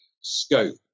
scope